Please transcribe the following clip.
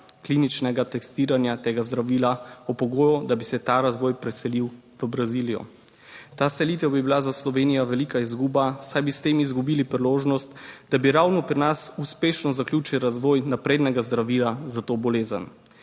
kliničnega testiranja tega zdravila, ob pogoju, da bi se ta razvoj preselil v Brazilijo. Ta selitev bi bila za Slovenijo velika izguba, saj bi s tem izgubili priložnost, da bi ravno pri nas uspešno zaključili razvoj naprednega zdravila za to bolezen,